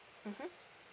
mmhmm